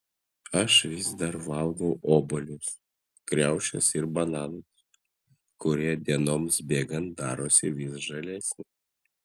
aš vis dar valgau obuolius kriaušes ir bananus kurie dienoms bėgant darosi vis žalesni